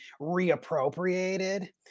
reappropriated